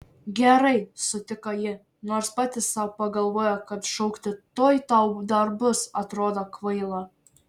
gerai sutiko ji nors pati sau pagalvojo kad šaukti tuoj tau dar bus atrodo kvaila